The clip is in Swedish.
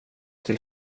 till